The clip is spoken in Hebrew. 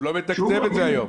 הוא לא מתקצב את זה היום.